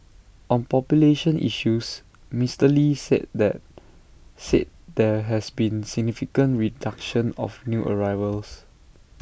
on population issues Mister lee said there said there has been significant reduction of new arrivals